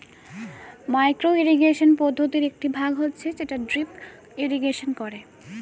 micro irrigation পদ্ধতির একটি ভাগ হচ্ছে যেটা ড্রিপ ইরিগেশন করে